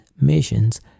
missions